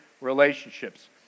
relationships